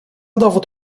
dowód